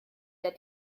der